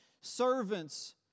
servants